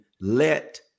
let